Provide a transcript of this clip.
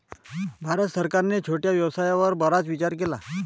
भारत सरकारने छोट्या व्यवसायावर बराच विचार केला आहे